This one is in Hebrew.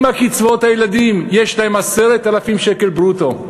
עם קצבאות הילדים יש להם 10,000 שקל ברוטו,